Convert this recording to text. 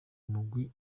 umugwi